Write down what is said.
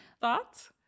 Thoughts